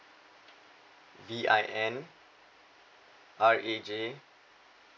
V I N R A J